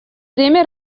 время